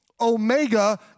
Omega